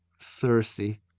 Cersei